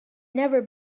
never